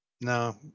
no